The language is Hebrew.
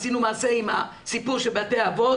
עשינו מעשה עם הסיפור של בתי האבות,